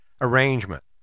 arrangement